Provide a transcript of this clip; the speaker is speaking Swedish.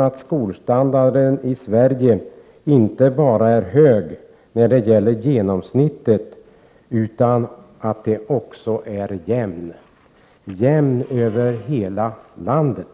att skolstandarden i Sverige inte bara är hög när det gäller genomsnittet utan också är jämn. Det gäller över hela landet.